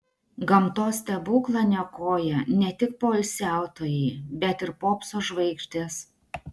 gamtos stebuklą niokoja ne tik poilsiautojai bet ir popso žvaigždės